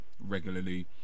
regularly